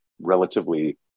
relatively